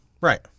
right